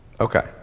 Okay